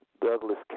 Douglas